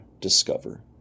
discover